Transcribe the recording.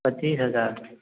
तीस हजार